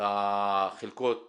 לחלקות